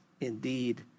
indeed